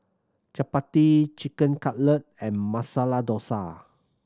Chapati Chicken Cutlet and Masala Dosa